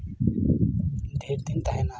ᱰᱷᱮᱨ ᱤᱱ ᱛᱟᱦᱮᱱᱟ ᱟᱨᱠᱤ